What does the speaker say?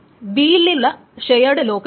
ഇത് B യിലുള്ള shared ലോക്കാണ്